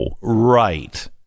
Right